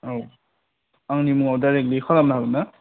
औ आंनि मुङाव डायरेक्टलि खालामनो हागोन ना